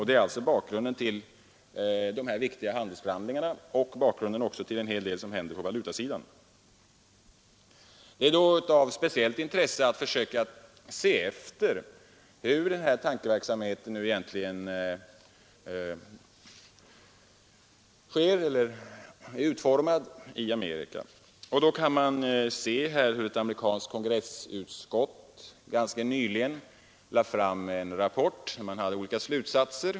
Det är alltså bakgrunden till dessa viktiga handelsförhandlingar och också bakgrunden till en hel del som händer på valutasidan. Det är då av speciellt intresse att försöka se efter hur denna tankeverksamhet fortskridit i Amerika. Då kan vi se hur ett ameri kanskt kongressutskott ganska nyligen lade fram en rapport där man hade olika slutsatser.